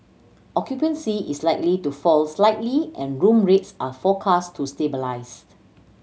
occupancy is likely to fall slightly and room rates are forecast to stabilise